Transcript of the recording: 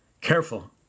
Careful